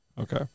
Okay